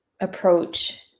approach